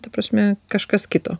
ta prasme kažkas kito